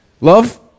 love